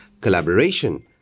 collaboration